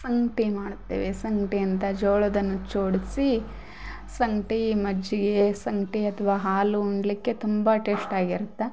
ಸಂಗ್ಟಿ ಮಾಡ್ತೇವೆ ಸಂಗ್ಟಿ ಅಂತ ಜೋಳದನ್ನ ಚೋಡ್ಸಿ ಸಂಗ್ಟಿ ಮಜ್ಜಿಗೆ ಸಂಗ್ಟಿ ಅಥವಾ ಹಾಲು ಉಣ್ಲಿಕ್ಕೆ ತುಂಬ ಟೇಸ್ಟಾಗಿರುತ್ತೆ